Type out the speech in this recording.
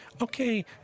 okay